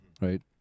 right